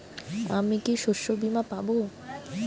আমি কি শষ্যবীমা পাব?